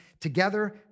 together